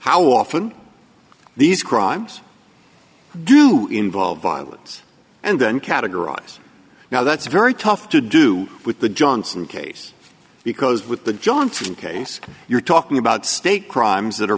how often these crimes do involve violence and then categorize now that's very tough to do with the johnson case because with the johnson case you're talking about state crimes that are